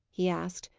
he asked.